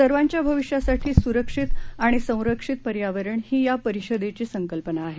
सर्वाच्याभविष्यासाठीसुरक्षितआणिसंरक्षितपर्यावरण हीयापरिषदेचीसंकल्पनाआहे